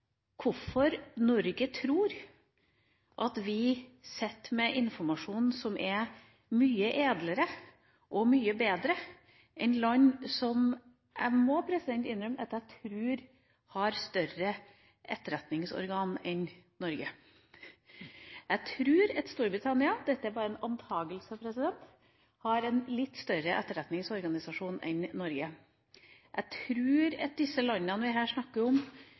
hvorfor Norge tror at vi sitter med informasjon som er mye edlere og mye bedre enn land som – det må jeg innrømme at jeg tror – har større etterretningsorgan enn Norge. Jeg tror at Storbritannia – dette er bare en antakelse – har en litt større etterretningsorganisasjon enn Norge. Jeg tror at disse landene vi her snakker om